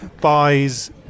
buys